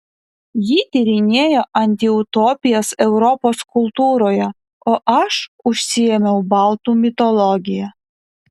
ji tyrinėjo antiutopijas europos kultūroje o aš užsiėmiau baltų mitologija